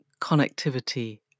connectivity